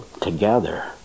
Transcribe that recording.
together